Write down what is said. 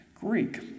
Greek